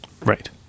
Right